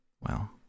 Well